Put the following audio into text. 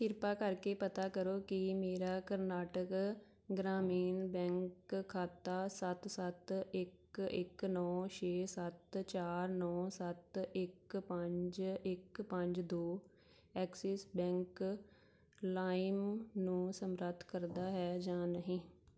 ਕਿਰਪਾ ਕਰਕੇ ਪਤਾ ਕਰੋ ਕਿ ਮੇਰਾ ਕਰਨਾਟਕ ਗ੍ਰਾਮੀਣ ਬੈਂਕ ਖਾਤਾ ਸੱਤ ਸੱਤ ਇੱਕ ਇੱਕ ਨੌਂ ਛੇ ਸੱਤ ਚਾਰ ਨੌਂ ਸੱਤ ਇੱਕ ਪੰਜ ਇੱਕ ਪੰਜ ਦੋ ਐਕਸਿਸ ਬੈਂਕ ਲਾਇਮ ਨੂੰ ਸਮਰਥ ਕਰਦਾ ਹੈ ਜਾਂ ਨਹੀਂ